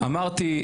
אמרתי,